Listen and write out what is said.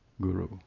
guru